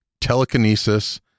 telekinesis